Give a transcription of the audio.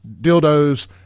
dildos